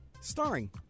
starring